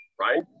right